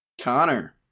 connor